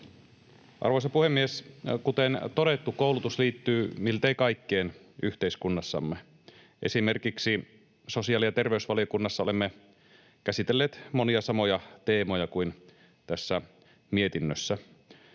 Arvoisa puhemies! Kuten todettu, koulutus liittyy miltei kaikkeen yhteiskunnassamme. Esimerkiksi sosiaali- ja terveysvaliokunnassa olemme käsitelleet monia samoja teemoja kuin tässä mietinnössä.